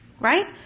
Right